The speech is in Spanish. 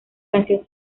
canción